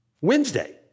Wednesday